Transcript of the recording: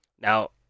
now